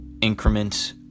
increment